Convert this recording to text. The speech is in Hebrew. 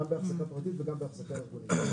גם בהחזקה פרטית וגם בהחזקה ארגונית.